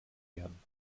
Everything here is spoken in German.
werden